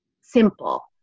simple